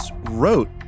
wrote